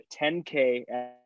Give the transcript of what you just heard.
10K